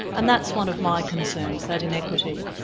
and that's one of my concerns, that inequity.